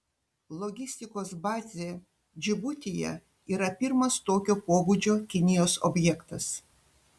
logistikos bazė džibutyje yra pirmas tokio pobūdžio kinijos objektas